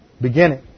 beginning